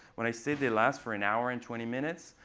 when i say they last for an hour and twenty minutes,